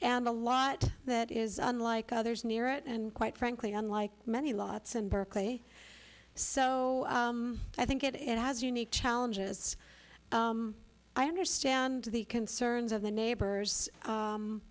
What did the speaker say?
and a lot that is unlike others near it and quite frankly unlike many lots in berkeley so i think it has unique challenges i understand the concerns of the neighbors